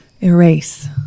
erase